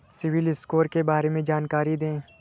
CIBIL score के बारे में जानकारी दें?